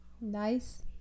Nice